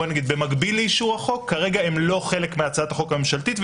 במקביל לאישור החוק כרגע הם לא חלק מהצעת החוק הממשלתית,